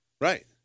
Right